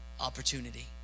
opportunity